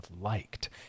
liked